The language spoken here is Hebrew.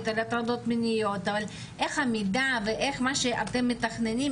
על הטרדות מיניות אבל איך המידע ואיך מה שאתם מתכננים,